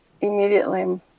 immediately